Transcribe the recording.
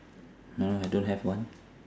no I don't have one